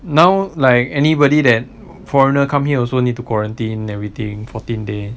now like anybody that foreigners come here also need to quarantine everything fourteen day